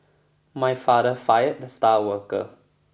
my father fired the star worker